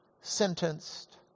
sentenced